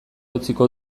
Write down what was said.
utziko